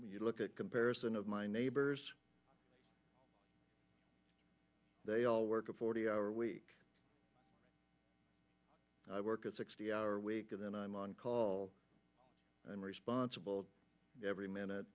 you look at comparison of my neighbors they all work a forty hour week i work a sixty hour week and then i'm on call i'm responsible every minute